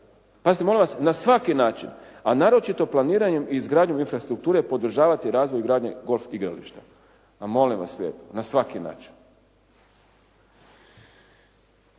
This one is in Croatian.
pazite molim vas, na svaki način, a naročito planiranjem i izgradnjom infrastrukture podržavati razvoj gradnje golf igrališta. Ma molim vas lijepo, na svaki način.